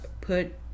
Put